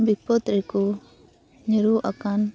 ᱵᱤᱯᱚᱫ ᱨᱮᱠᱩ ᱧᱩᱨᱩ ᱟᱠᱟᱱ ᱚᱠᱛᱚ